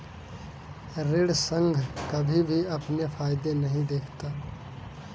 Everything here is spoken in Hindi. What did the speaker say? ऋण संघ कभी भी अपने फायदे नहीं देखता है